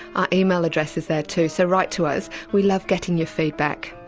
our email address is there too, so write to us, we love getting your feedback.